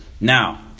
Now